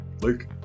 Luke